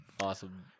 awesome